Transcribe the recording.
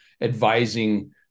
advising